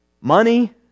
Money